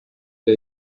der